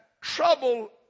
trouble